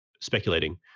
speculating